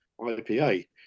IPA